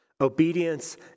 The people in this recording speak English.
Obedience